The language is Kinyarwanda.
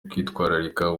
kwitwararika